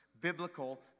biblical